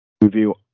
review